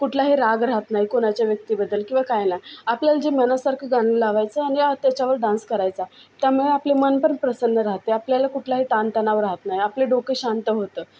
कुठलाही राग राहत नाही कुणाच्या व्यक्तीबद्दल किंवा काही नाही आपल्याला जे मनासारखं गाणं लावायचं आणि त्याच्यावर डान्स करायचा त्यामुळे आपले मन पण प्रसन्न राहते आपल्याला कुठलाही ताणतणाव राहत नाही आपलं डोकं शांत होतं